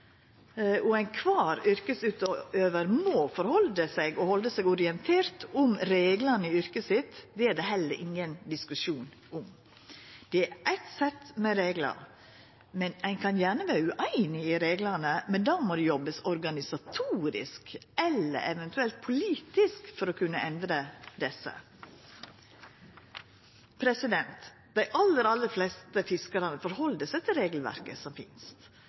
og alle yrkesutøvarar må halda seg til – og halda seg orienterte om – reglane i yrket sitt. Det er det heller ingen diskusjon om. Det er eitt sett med reglar. Ein kan gjerne vera ueinig i reglane, men da må det jobbast organisatorisk eller eventuelt politisk for å kunna endra desse. Dei aller, aller fleste fiskarane held seg til regelverket som finst,